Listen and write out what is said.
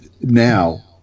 now